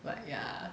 but ya